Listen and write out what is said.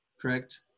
correct